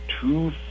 Two